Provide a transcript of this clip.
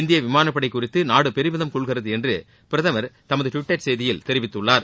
இந்திய விமானப்படை குறித்து நாடு பெருமிதம் கொள்கிறது என்று பிரதம் தமது டுவிட்டர் செய்தியில் தெரிவித்துள்ளார்